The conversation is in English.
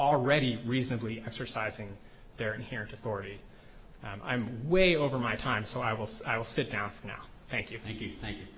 already reasonably exercising their inherent authority i'm way over my time so i will say i will sit down for now thank you thank you thank you